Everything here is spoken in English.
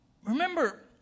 Remember